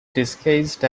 disguised